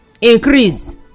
increase